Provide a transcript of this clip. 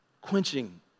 quenching